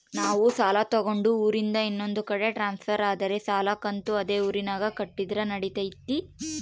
ನಾವು ಸಾಲ ತಗೊಂಡು ಊರಿಂದ ಇನ್ನೊಂದು ಕಡೆ ಟ್ರಾನ್ಸ್ಫರ್ ಆದರೆ ಸಾಲ ಕಂತು ಅದೇ ಊರಿನಾಗ ಕಟ್ಟಿದ್ರ ನಡಿತೈತಿ?